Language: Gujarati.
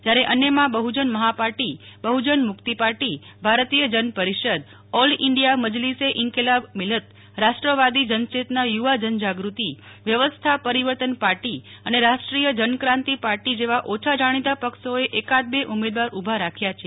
જ્યારે અન્યમાં Bahujan Maha Party Bahujan Mukti Party Bharatiya Jan Parishad All India Majlise Inquilabe Millat Rashtrawadi Janchetna Yuva Jan Jagriti Vyavastha Parivartan Party અને રાષ્ટ્રીય જનક્રાંતિ પાર્ટી જેવા ઓછા જાણીતા પક્ષોએ એકાદ બે ઉમેદવાર ઉભા રાખ્યા છે